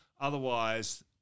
otherwise